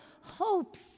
hopes